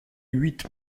huit